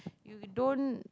you don't